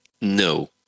no